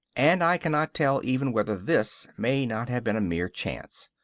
and i cannot tell even whether this may not have been a mere chance.